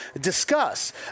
discuss